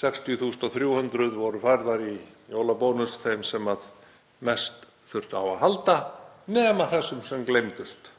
60.300 kr. voru færðar í jólabónus þeim sem mest þurftu á að halda, nema þessum sem gleymdust.